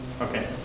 okay